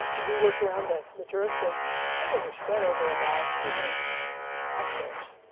ah we work around the the tourists. the penguins are spread over about two hundred hectares,